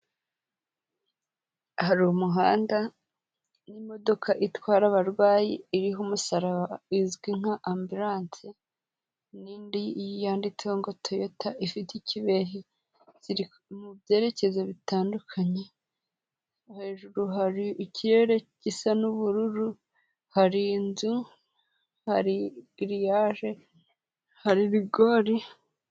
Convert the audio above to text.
Hari umuhanda n'imodoka itwara abarwayi iriho umusaraba izwi nka amburanse n'indi yanditseho ngo Toyota ifite ikibehe, ziri mu byerekezo bitandukanye, hejuru hari ikirere gisa n'ubururu, hari inzu, hari giriyage, hari rigori.